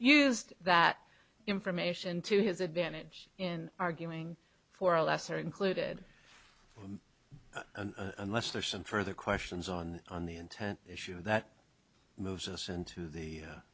used that information to his advantage in arguing for a lesser included unless there are some further questions on on the intent issue that moves us into the